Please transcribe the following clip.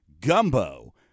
Gumbo